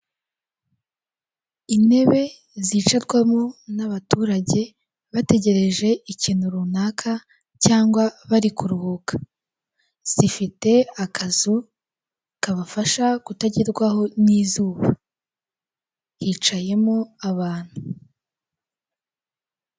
Uruganda rw'amata, utubuni turi mu gatajeri rw'ibara ry'umweru turimo amata, igikoresho babikamo amata kiri iruhande rwabyo.